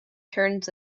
turns